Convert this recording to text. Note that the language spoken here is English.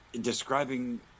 describing